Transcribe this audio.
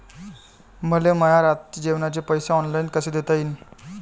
मले माया रातचे जेवाचे पैसे ऑनलाईन कसे देता येईन?